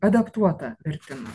adaptuotą vertimą